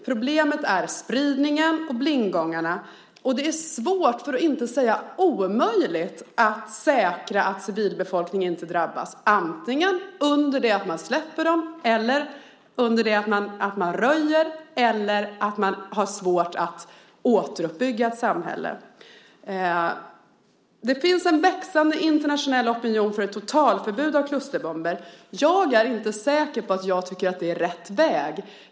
Problemet är spridningen och blindgångarna. Det är svårt, för att inte säga omöjligt, att säkra att civilbefolkningen inte drabbas antingen när man släpper bomberna eller röjer efter dem, eller för att det är svårt att återuppbygga samhällena. Det finns en växande internationell opinion för ett totalförbud av klusterbomber. Jag är inte säker på att det är rätt väg.